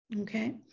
okay